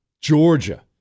Georgia